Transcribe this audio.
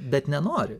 bet nenori